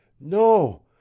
no